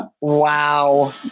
Wow